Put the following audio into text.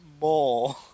more